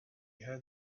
had